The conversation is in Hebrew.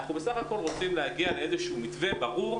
אני בסך-הכול רוצים להגיע לאיזה מתווה ברור.